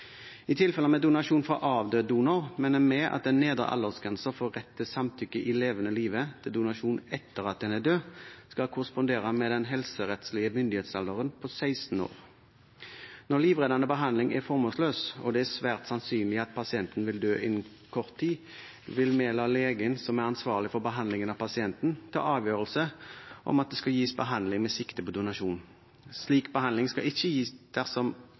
I tilfeller med donasjon fra avdød donor mener vi at den nedre aldersgrensen for rett til samtykke i levende live til donasjon etter at en er død, skal korrespondere med den helserettslige myndighetsalderen på 16 år. Når livreddende behandling er formålsløst, og det er svært sannsynlig at pasienten vil dø innen kort tid, vil vi la legen som er ansvarlig for behandlingen av pasienten, ta avgjørelse om at det skal gis behandling med sikte på donasjon. Slik behandling skal ikke gis dersom